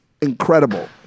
incredible